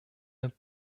der